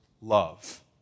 love